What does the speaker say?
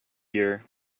year